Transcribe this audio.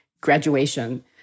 graduation